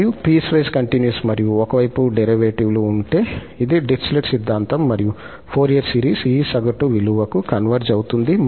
మరియు piecewise continuous మరియు ఒక వైపు డెరివేటివ్ లు ఉంటే ఇది డిరిచ్లెట్ సిద్ధాంతం మరియు ఫోరియర్ సిరీస్ ఈ సగటు విలువకు కన్వర్జ్ అవుతుంది